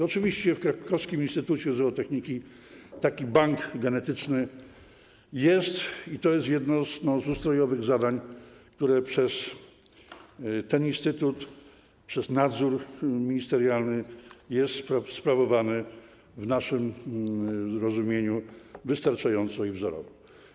Oczywiście w krakowskim instytucie zootechniki taki bank genetyczny jest i to jest jedno z ustrojowych zadań, które przez ten instytut, przez nadzór ministerialny jest wykonywane w naszym rozumieniu wystarczająco i wzorowo.